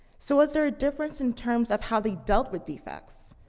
so was there a difference in terms of how they dealt with defects?